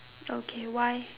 okay why